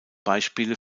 beispiele